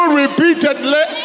repeatedly